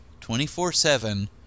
24-7